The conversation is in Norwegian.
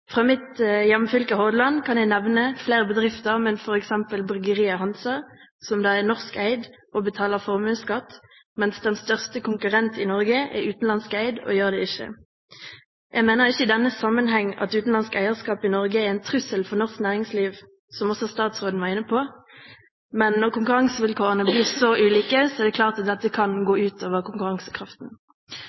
Fra mitt hjemfylke Hordaland kan jeg nevne flere bedrifter, f.eks. bryggeriet Hansa, som er norskeid og betaler formuesskatt, mens den største konkurrenten i Norge er utenlandskeid og gjør det ikke. Jeg mener ikke i denne sammenheng at utenlandsk eierskap i Norge er en trussel for norsk næringsliv – som også statsråden var inne på – men når konkurransevilkårene blir så ulike, er det klart at dette kan gå ut over konkurransekraften.